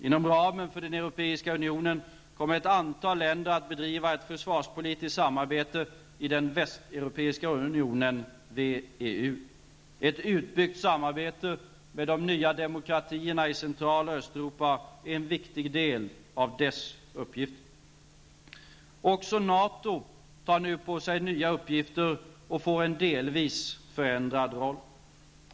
Inom ramen för Europeiska unionen kommer ett antal länder att bedriva ett försvarspolitiskt samarbete i den västeuropeiska unionen WEU. Ett utbyggt samarbete med de nya demokratierna i Central och Östeuropa är en viktig del av dess uppgifter. Också NATO tar nu på sig nya uppgifter och får en delvis förändrad roll.